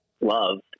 loved